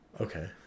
Okay